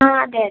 ആ അതെ അതെ